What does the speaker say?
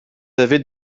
avez